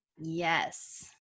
Yes